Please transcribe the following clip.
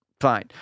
fine